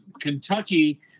Kentucky